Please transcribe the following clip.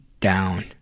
down